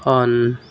on